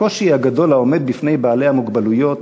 הקושי הגדול העומד בפני בעלי המוגבלויות